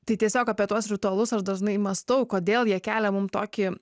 tai tiesiog apie tuos ritualus ar dažnai mąstau kodėl jie kelia mum tokį